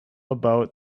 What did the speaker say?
about